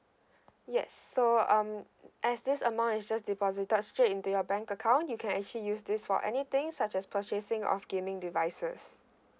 yes so um as this amount is just deposited straight into your bank account you can actually use this for anything such as purchasing of gaming devices